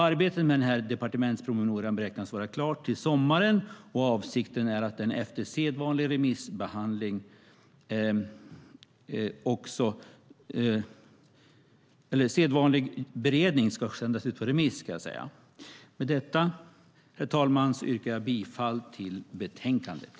Arbetet med departementspromemorian beräknas vara klart till sommaren, och avsikten är att den efter sedvanlig beredning ska skickas ut på remiss. Med detta, herr talman, yrkar jag bifall till förslaget i betänkandet.